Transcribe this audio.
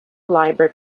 library